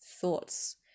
thoughts